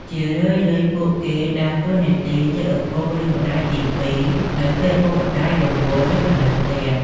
ជារឿយៗ ពួកគេជាដើរតួនាទីជាឪពុកឬ ម្ដាយទីពីរ នៅពេលឪពុកម្តាយរវល់ឬ មិននៅផ្ទះ។